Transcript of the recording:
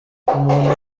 umuntu